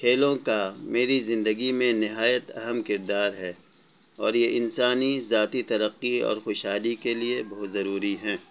کھیلوں کا میری زندگی میں نہایت اہم کردار ہے اور یہ انسانی ذاتی ترقی اور خوشحالی کے لیے بہت ضروری ہیں